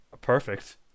perfect